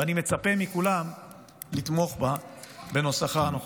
ואני מצפה מכולם לתמוך בה בנוסחה הנוכחי.